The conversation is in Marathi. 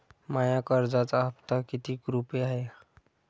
माया कर्जाचा हप्ता कितीक रुपये हाय?